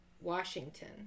Washington